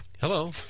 Hello